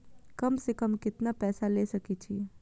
कम से कम केतना पैसा ले सके छी?